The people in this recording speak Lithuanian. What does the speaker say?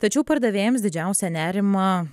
tačiau pardavėjams didžiausią nerimą